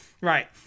Right